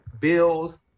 bills